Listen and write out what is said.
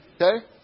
Okay